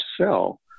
sell